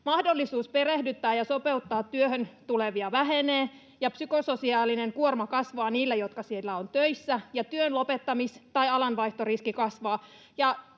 mahdollisuus perehdyttää ja sopeuttaa työhön tulevia vähenee, psykososiaalinen kuorma kasvaa niillä, jotka siellä ovat töissä, ja työn lopettamis- tai alanvaihtoriski kasvaa.